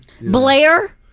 Blair